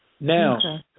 Now